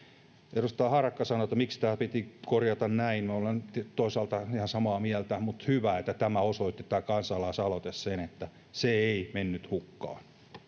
edustaja harakka kysyi miksi tämä piti korjata näin me olemme toisaalta ihan samaa mieltä mutta hyvä että tämä kansalaisaloite osoitti sen että se ei mennyt hukkaan